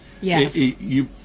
Yes